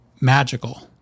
magical